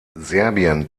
serbien